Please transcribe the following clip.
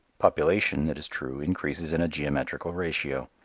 population, it is true, increases in a geometrical ratio.